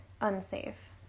unsafe